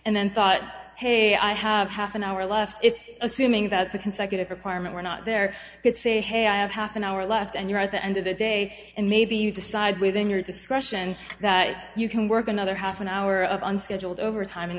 and then thought hey i have half an hour left if assuming that the consecutive requirement were not there could say hey i have half an hour left and you're at the end of the day and maybe you decide within your discretion that you can work another half an hour of unscheduled overtime